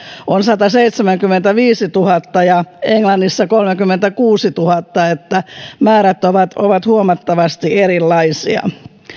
on sataseitsemänkymmentäviisituhatta ja englannissa kolmekymmentäkuusituhatta niin että määrät ovat ovat huomattavasti erilaisia